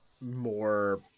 more